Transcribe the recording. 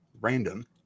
random